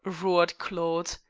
roared claude.